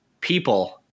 people